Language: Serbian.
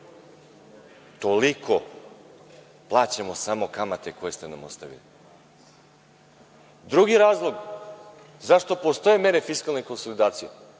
Toliko plaćamo samo kamate koje ste nam ostavili. Drugi razlog zašto postoje mere fiskalne konsolidacije